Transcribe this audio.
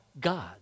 God